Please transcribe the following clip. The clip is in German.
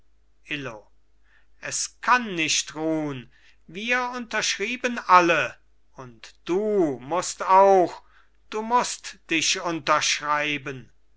illo es kann nicht ruhn wir unterschrieben alle und du mußt auch du mußt dich unterschreiben